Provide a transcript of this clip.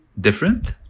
different